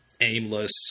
aimless